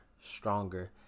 stronger